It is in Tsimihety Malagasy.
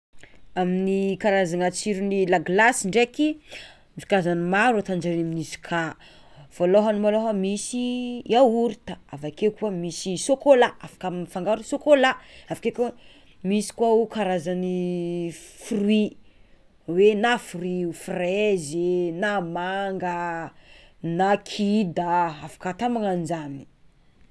Amin'ny karazana tsiron'ny laglasy ndraiky, misy karazany maro ataonjare amin'izy ka, voalohany malôha misy: yaorta, avekeo koa misy sôkôlà, afaka mifangaro sôkôla, avakeo koa misy koa karazany fruit hoe na fruit frezy na manga na kida afaka atao magnan'zany.